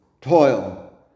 Toil